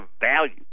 value